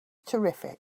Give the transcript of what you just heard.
terrific